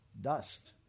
dust